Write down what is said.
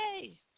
Yay